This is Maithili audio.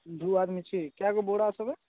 दू आदमी छी कै गो बोरा सब अइ